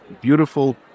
beautiful